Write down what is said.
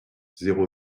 zéro